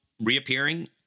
reappearing